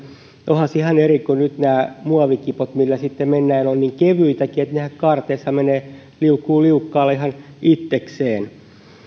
onhan se ihan eri kuin nyt nämä muovikipot millä mennään ne ovat niin kevyitäkin että nehän kaarteessa menevät ja liukuvat liukkaalla ihan itsekseen